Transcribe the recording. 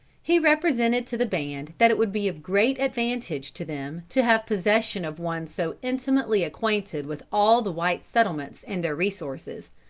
he represented to the band that it would be of great advantage to them to have possession of one so intimately acquainted with all the white settlements and their resources.